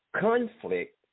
conflict